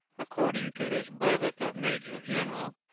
according to his brevet of major-general,